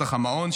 בשטח המעון,